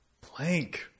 Plank